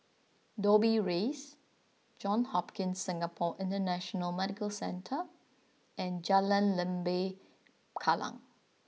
Dobbie Rise Johns Hopkins Singapore International Medical Centre and Jalan Lembah Kallang